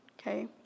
okay